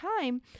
time